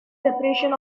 separation